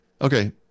Okay